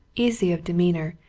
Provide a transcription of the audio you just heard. easy of demeanour,